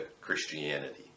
Christianity